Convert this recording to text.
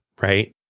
right